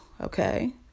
okay